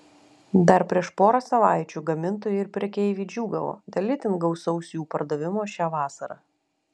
dar prieš porą savaičių gamintojai ir prekeiviai džiūgavo dėl itin gausaus jų pardavimo šią vasarą